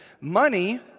money